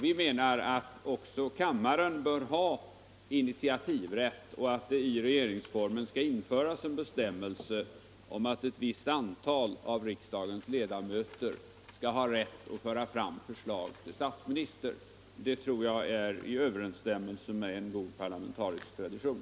Vi menar att också kammaren bör ha initiativrätt och att det i regeringsformen skall införas en bestämmelse om att ett visst antal av riksdagens ledamöter skall ha rätt att föra fram förslag till statsminister. Det tror jag är i överensstämmelse med en god parlamentarisk tradition.